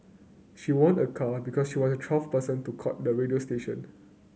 she won a car because she was the twelfth person to call the radio station